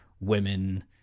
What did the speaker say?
women